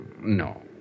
No